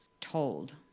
told